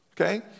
Okay